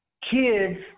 kids